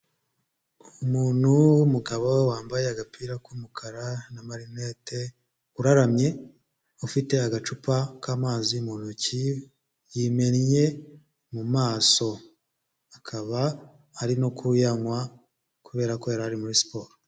Umuntu w'umugabo wambaye agapira k'umukara n'amarinete uraramye, ufite agacupa k'amazi mu ntoki yimennye mu maso, akaba ari no kuyanywa kubera ko yari ari muri siporo.